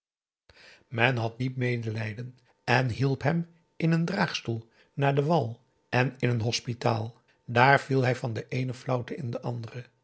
men had diep medelijden en hielp hem in een draagstoel naar den wal en in een hospitaal daar viel hij van de eene flauwte in de andere